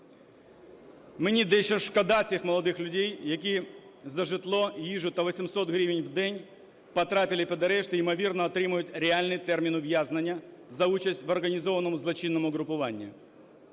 Мені дещо шкода цих молодих людей, які за житло, їжу та 800 гривень в день потрапили під арешт і ймовірно отримають реальний термін ув'язнення за участь в організованому злочинному угрупуванні.